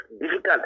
difficult